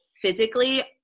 physically